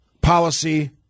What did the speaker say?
policy